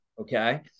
okay